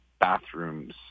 bathrooms